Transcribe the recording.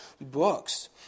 books